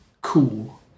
cool